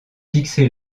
fixé